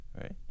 Right